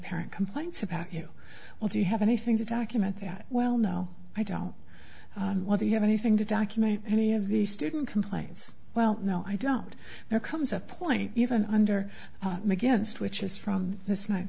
parent complaints about you well do you have anything to document that well no i don't want to have anything to document any of the student complaints well no i don't there comes a point even under against which is from this ni